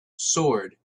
sword